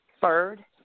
third